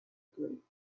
group